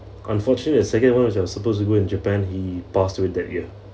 unfortunate the second [one] like he was supposed to go to japan he passed away that year